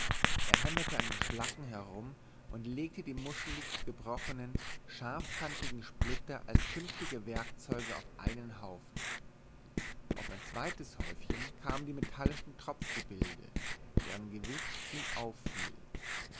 er hämmerte an den schlacken herum und legte die muschelig gebrochenen scharfkantigen splitter als künftige werkzeuge auf einen haufen auf ein zweites häufchen kamen die metallischen tropfgebilde deren gewicht ihm auffiel